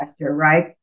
right